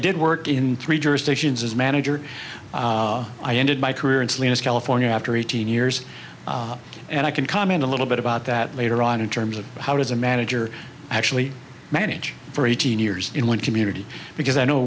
did work in three jurisdictions as manager i ended my career in salinas california after eighteen years and i can comment a little bit about that later on in terms of how does a manager actually manage for eighteen years in one community because i know